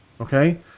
Okay